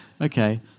Okay